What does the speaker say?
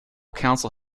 council